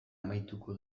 amaituko